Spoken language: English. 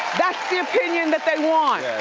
that's the opinion that they want.